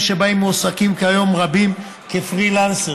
שבהם מועסקים כיום רבים כפרילנסרים.